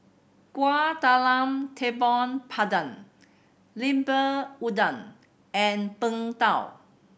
Kueh Talam Tepong Pandan Lemper Udang and Png Tao